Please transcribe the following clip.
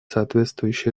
соответствующие